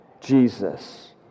Jesus